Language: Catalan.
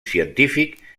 científic